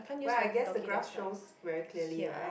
well I guess the graph shows very clearly right